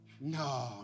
no